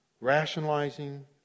Rationalizing